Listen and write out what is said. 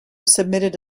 submitted